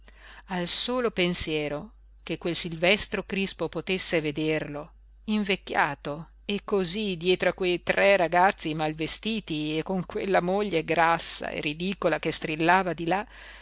al solo pensiero che quel silvestro crispo potesse vederlo invecchiato e cosí dietro a quei tre ragazzi mal vestiti e con quella moglie grassa e ridicola che strillava di là